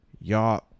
y'all